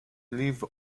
live